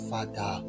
Father